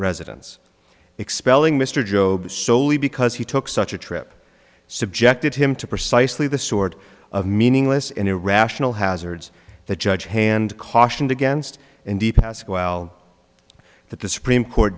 residence expelling mr job soley because he took such a trip subjected him to precisely the sort of meaningless and irrational hazards that judge hand cautioned against in the past while that the supreme court